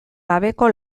gabeko